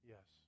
Yes